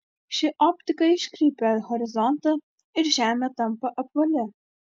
ši optika iškreipia horizontą ir žemė tampa apvali